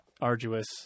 arduous